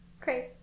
Great